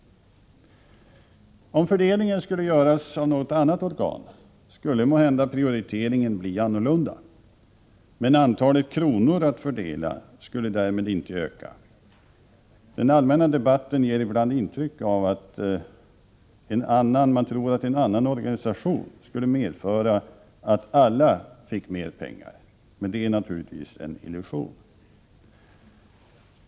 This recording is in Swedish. Om fördelningen skulle göras av något annat organ skulle måhända prioriteringen bli annorlunda, men antalet kronor att fördela skulle därmed inte öka. Den allmänna debatten ger ibland intrycket att man tror att en annan organisation skulle medföra att alla fick mer pengar, vilket naturligtvis är en illusion.